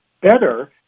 better